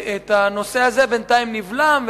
הנושא הזה בינתיים נבלם,